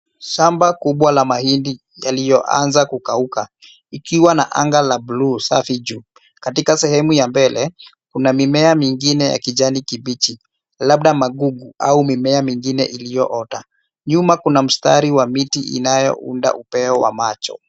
Shamba kubwa la mahindi yaliyoanza kukauka ikiwana anga la buluu safi juu . Katika sehemu ya mbele kuna mimea mingine ya kijani kibichi labda magugu au mimea mingine iliyo ota. Nyuma kuna mistari ya miti iliyounda upeo wa macho.